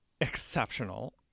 exceptional